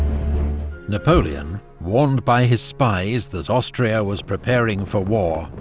napoleon, warned by his spies that austria was preparing for war,